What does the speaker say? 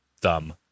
thumb